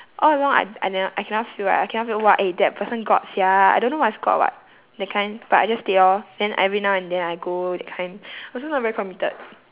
all along I I never I cannot feel right I cannot feel !wah! eh that person god sia I don't know what is god [what] that kind but I just stayed lor then every now and then I go that kind also not very committed